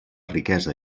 riquesa